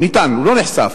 הוא לא נחשף,